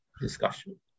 discussion